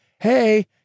Hey